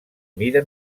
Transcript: mida